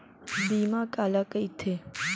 बीमा काला कइथे?